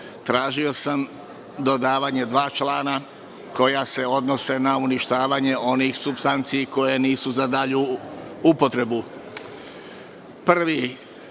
Tražio sam dodavanje dva člana koja se odnose na uništavanje onih supstanci koje nisu za dalju upotrebu. Prvi,